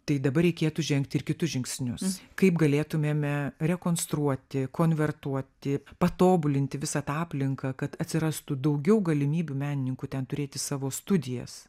tai dabar reikėtų žengti ir kitus žingsnius kaip galėtumėme rekonstruoti konvertuoti patobulinti visą tą aplinką kad atsirastų daugiau galimybių menininkų ten turėti savo studijas